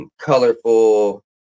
colorful